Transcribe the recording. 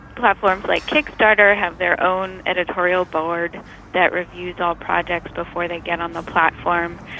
platforms like kickstarter have their own editorial board that reviews all projects before they get on the platform,